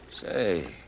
Say